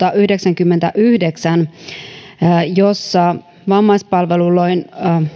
yhdeksänkymmentäyhdeksän jossa vammaispalvelulain